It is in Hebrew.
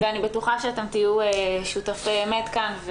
אני בטוחה שאתם תהיו שותפי אמת כאן.